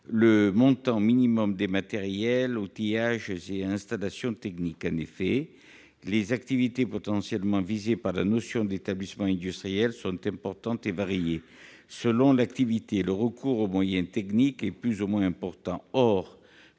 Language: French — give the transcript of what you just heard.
le montant minimal des matériels, outillages et installations techniques. En effet, les activités potentiellement visées par la notion d'établissement industriel sont importantes et variées. Selon l'activité, le recours aux moyens techniques est plus ou moins important. Or